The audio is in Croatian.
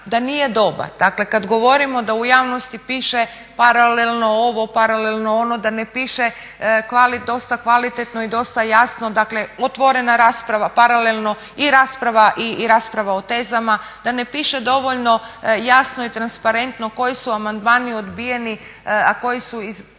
da nije dobar. Dakle, kad govorimo da u javnosti piše paralelno ovo, paralelno ono, da ne piše dosta kvalitetno i dosta jasno dakle otvorena rasprava, paralelno i rasprava o tezama, da ne piše dovoljno jasno i transparentno koji su amandmani odbijeni i zbog čega su odbijeni